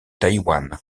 taïwan